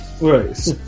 Right